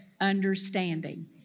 understanding